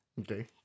Okay